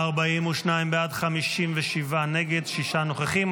42 בעד, 57 נגד, שישה נוכחים.